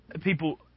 People